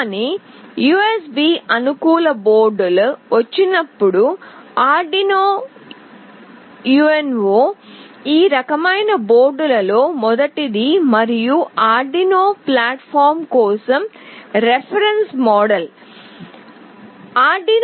కానీ యుఎస్బి అనుకూల బోర్డులు వచ్చినప్పుడు ఆర్డునో యుఎన్ఓ ఆ రకమైన బోర్డులలో మొదటిది మరియు ఆర్డునో ప్లాట్ఫామ్ కోసం రిఫరెన్స్ మోడల్